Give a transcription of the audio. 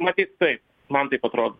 matyt taip man taip atrodo